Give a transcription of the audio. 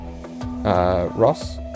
Ross